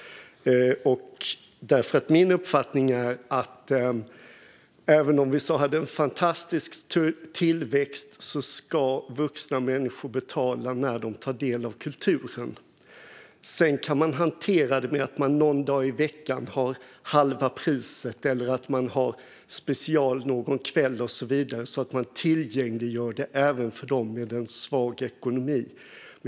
Min uppfattning är att även om vi hade en fantastisk tillväxt ska vuxna människor betala när de tar del av kulturen. Sedan kan man hantera det genom att man någon dag i veckan har halva priset eller att man har specialpris någon kväll och så vidare så att man tillgängliggör det även för dem med en svag ekonomi.